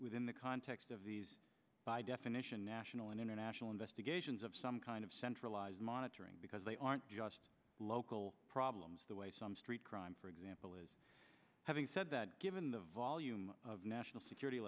within the context of these by definition national and international investigations of some kind of centralized monitoring because they aren't just local problems the way some street crime for example is having said that given the volume of national security